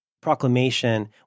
proclamation